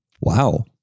Wow